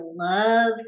love